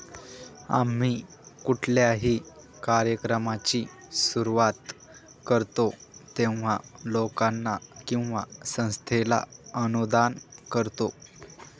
आम्ही कुठल्याही कार्यक्रमाची सुरुवात करतो तेव्हा, लोकांना किंवा संस्थेला अनुदान करतो